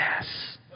Yes